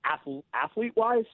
athlete-wise